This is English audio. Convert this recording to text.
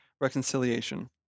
reconciliation